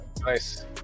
Nice